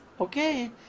okay